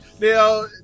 Now